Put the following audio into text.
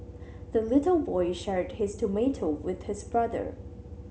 the little boy shared his tomato with his brother